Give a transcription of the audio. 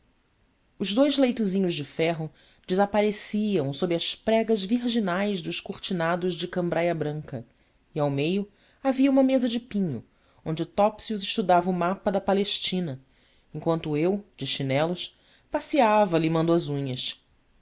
os dous leitozinhos de ferro desapareciam sob as pregas virginais dos cortinados de cambraia branca e ao meio havia uma mesa de pinho onde topsius estudava o mapa da palestina enquanto eu de chinelos passeava limando as unhas